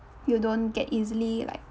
you don't get easily like